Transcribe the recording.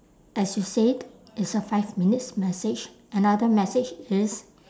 as you said it's a five minutes message another message is